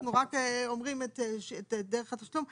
אנחנו רק אומרים את דרך התשלום.